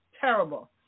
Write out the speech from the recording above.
terrible